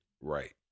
right